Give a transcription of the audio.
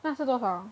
那是多少